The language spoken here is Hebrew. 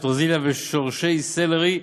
פטרוזיליה ושורש סלרי,